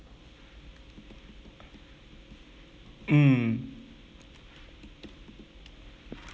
mm